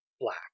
black